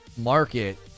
market